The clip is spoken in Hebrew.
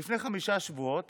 לפני חמישה שבועות